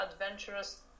adventurous